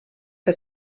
que